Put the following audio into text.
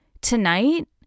tonight